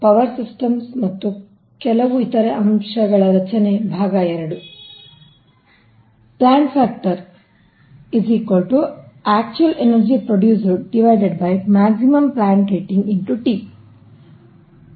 power systems ಮತ್ತು ಕೆಲವು ಇತರ ಅಂಶಗಳ ರಚನೆ II ಆದ್ದರಿಂದ T ಆಗಿದೆ ಅದು T ಸಮಯವನ್ನು ಸೂಚಿಸುತ್ತದೆ